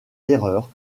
erreur